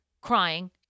crying